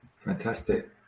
fantastic